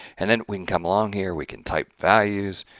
and then we can come along here, we can type values,